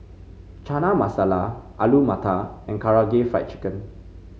Chana Masala Alu Matar and Karaage Fried Chicken